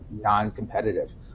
non-competitive